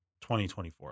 2024